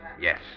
Yes